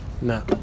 No